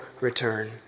return